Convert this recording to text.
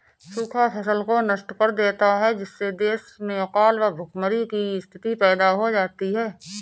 सूखा फसल को नष्ट कर देता है जिससे देश में अकाल व भूखमरी की स्थिति पैदा हो जाती है